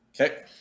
Okay